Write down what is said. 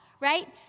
right